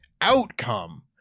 outcome